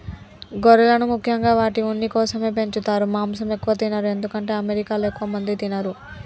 గొర్రెలను ముఖ్యంగా వాటి ఉన్ని కోసమే పెంచుతారు మాంసం ఎక్కువ తినరు ఎందుకంటే అమెరికాలో ఎక్కువ మంది తినరు